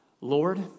Lord